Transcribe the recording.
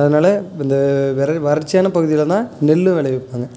அதனால் இந்த வற வறட்சியான பகுதியில் தான் நெல்லும் விளைவிப்பாங்க